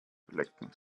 blicken